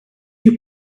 you